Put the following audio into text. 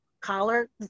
collar